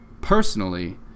personally